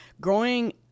growing